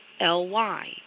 L-Y